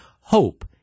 hope